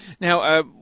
Now